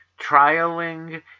trialing